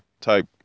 type